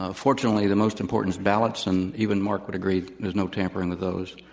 ah fortunately, the most important is ballots. and even marc would agree there's no tampering with those.